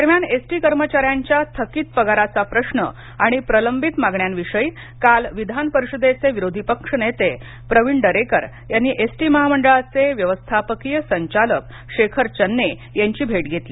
दरम्यान एसटी कर्मचाऱ्यांच्या थकीत पगाराचा प्रश्न आणि प्रलंबित मागण्यांविषयी काल विधानपरिषदेचे विरोधी पक्ष नेते प्रविण दरेकर यांनी एस टी महामंडळाचे व्यवस्थापकीय संचालक शेखर चन्ने यांची भेट घेतली